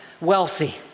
wealthy